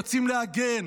יוצאים להגן.